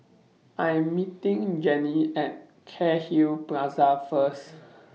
I Am meeting Jenni At Cairnhill Plaza First